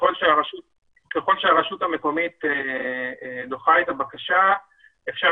וככל שהרשות המקומית דוחה את הבקשה של